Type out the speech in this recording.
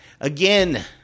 again